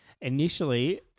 Initially